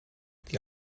die